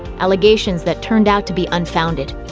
allegations that turned out to be unfounded.